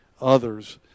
others